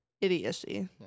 Idiocy